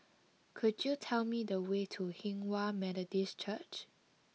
could you tell me the way to Hinghwa Methodist Church